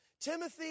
Timothy